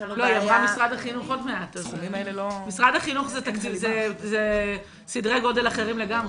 משרד החינוך זה סדרי גודל אחרים לגמרי.